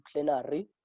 plenary